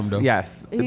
Yes